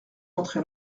montré